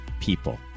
people